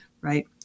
right